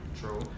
True